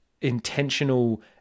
intentional